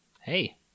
Hey